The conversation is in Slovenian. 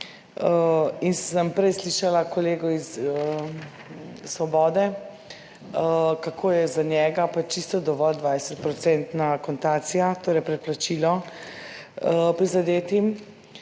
In sem prej slišala kolegu iz Svobode, kako je za njega pa čisto dovolj 20 % akontacija, torej predplačilo prizadetim.